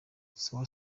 sawa